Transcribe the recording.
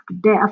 death